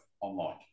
online